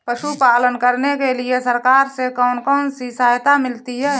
पशु पालन करने के लिए सरकार से कौन कौन सी सहायता मिलती है